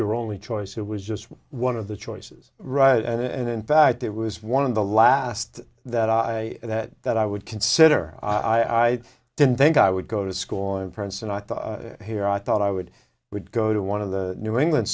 your only choice it was just one of the choices right and in fact it was one of the last that i that that i would consider i i didn't think i would go to school on prince and i thought here i thought i would would go to one of the new england